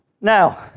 Now